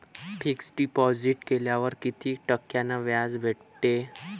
Fix deposit केल्यावर कितीक टक्क्यान व्याज भेटते?